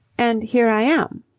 and here i am.